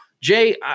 Jay